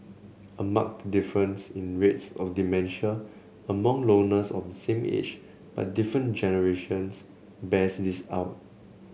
a marked difference in rates of dementia among loners of the same age but different generations bears this out